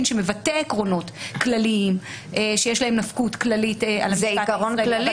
שמבטא עקרונות כלליים יש להם נפקות כללית --- זה עיקרון כללי.